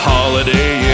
Holiday